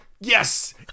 yes